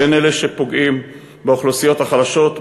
הן אלה שפוגעים באוכלוסיות החלשות,